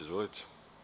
Izvolite.